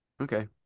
Okay